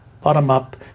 bottom-up